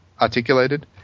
articulated